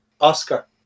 Oscar